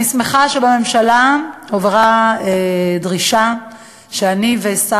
אני שמחה שבממשלה הועברה דרישה שאני והשר